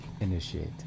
initiate